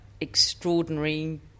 extraordinary